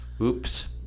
oops